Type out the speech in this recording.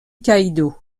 kaidō